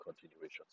continuations